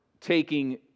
taking